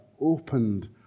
opened